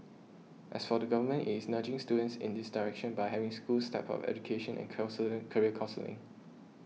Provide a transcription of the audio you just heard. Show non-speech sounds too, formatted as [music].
as for the Government it is nudging students in this direction by having schools step up education and [unintelligible] career counselling